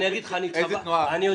לא